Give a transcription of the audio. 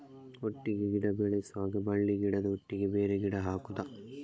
ಒಟ್ಟಿಗೆ ಗಿಡ ಬೆಳೆಸುವಾಗ ಬಳ್ಳಿ ಗಿಡದ ಒಟ್ಟಿಗೆ ಬೇರೆ ಗಿಡ ಹಾಕುದ?